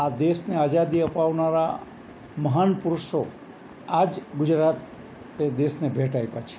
આ દેશને આઝાદી અપાવનારા મહાન પુરુષો આ જ ગુજરાતે દેશને ભેટ આપ્યા છે